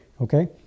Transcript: Okay